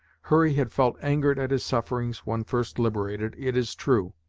hurry had felt angered at his sufferings, when first liberated, it is true,